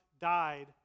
died